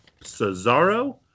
Cesaro